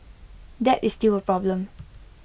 that is still A problem